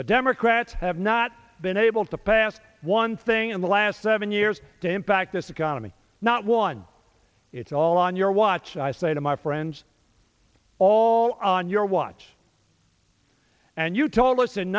the democrats have not been able to pass one thing in the last seven years to impact this economy not one it's all on your watch i say to my friends all on your watch and you told us in